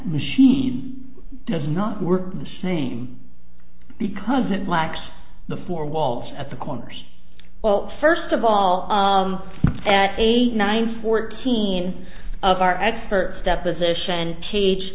machine does not work the same because it lacks the four walls at the corners well first of all at eight nine fourteen of our experts deposition page